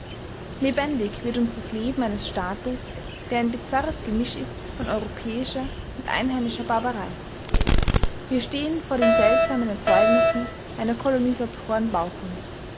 lebendig wird uns das leben eines staates der ein bizarres gemisch ist von europäischer und einheimischer barbarei wir stehen vor den seltsamen erzeugnissen einer